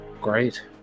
Great